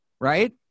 right